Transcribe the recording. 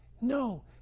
No